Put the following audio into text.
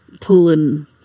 pulling